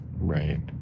Right